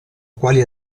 quali